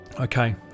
okay